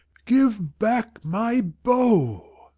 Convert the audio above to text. give back my bow!